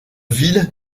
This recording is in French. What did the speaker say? ville